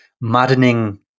maddening